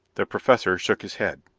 the professor shook his head.